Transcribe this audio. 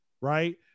right